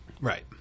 Right